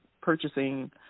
purchasing